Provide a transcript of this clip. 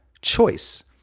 choice